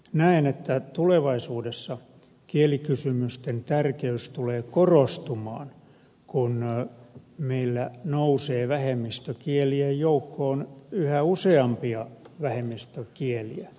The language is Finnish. näen että tulevaisuudessa kielikysymysten tärkeys tulee korostumaan kun meillä nousee vähemmistökielien joukkoon yhä useampia vähemmistökieliä